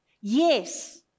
Yes